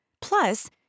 Plus